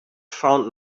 found